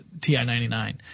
TI-99